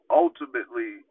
ultimately